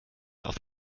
auf